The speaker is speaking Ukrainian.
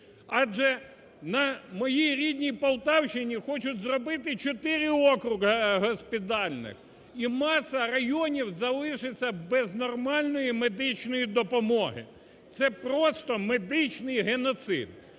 Адже на моїй рідній Полтавщині хочуть зробити чотири округи госпітальних і маса районів залишиться без нормальної медичної допомоги. Це просто медичний геноцид